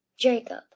Jacob